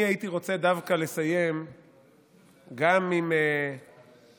אני הייתי רוצה דווקא לסיים גם עם הספד